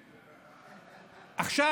עכשיו,